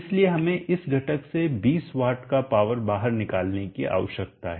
इसलिए हमें इस घटक से 20 W का पावर बाहर निकालने की आवश्यकता है